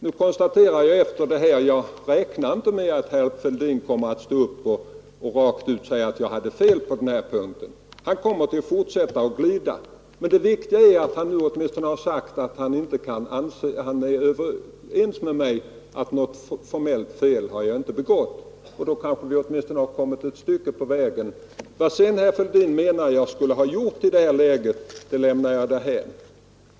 Nu räknar jag inte med att herr Fälldin kommer att ta till orda och säga klart ut att han hade fel på den här punkten. Säkert kommer han att fortsätta att glida undan. Men det viktiga är ändå att han är överens med mig om att jag inte har begått något formellt fel. Och då kanske vi åtminstone har kommit ett stycke på väg. Vad herr Fälldin sedan menar att jag skulle ha gjort lämnar jag därhän.